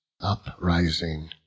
uprising